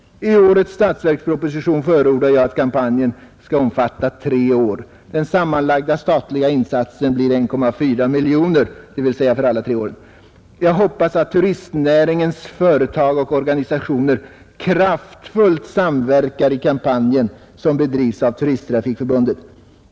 I årets statsverksproposition förordar jag att kampanjen skall omfatta tre år. Den sammanlagda statliga insatsen” — dvs. för alla tre åren — ”blir 1,4 miljoner kronor. Jag hoppas att turistnäringens företag och organisationer kraftfullt samverkar i kampanjen som bedrivs av Turisttrafikförbundet.